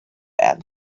answered